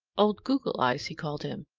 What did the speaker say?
old goggle-eyes he called him,